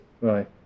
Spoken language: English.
Right